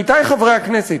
עמיתי חברי הכנסת,